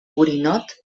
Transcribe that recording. borinot